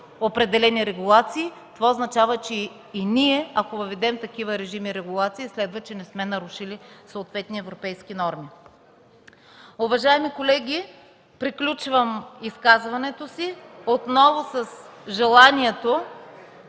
определени регулации, това означава, че и ние, ако въведем такива режими, регулации, следва, че не сме нарушили съответни европейски норми. Уважаеми колеги, приключвам изказването си отново с желанието